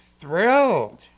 thrilled